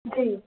جی